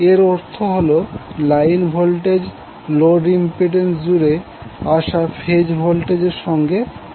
এর অর্থ হল লাইন ভোল্টেজ লোড ইম্পিড্যান্স জুড়ে আসা ফেজ ভোল্টেজের সঙ্গে সমান